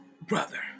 brother